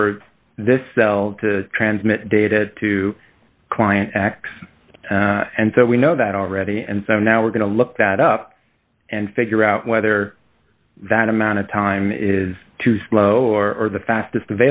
for this cell to transmit data to client x and so we know that already and so now we're going to look that up and figure out whether that amount of time is too slow or the fastest